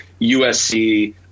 USC